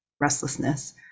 restlessness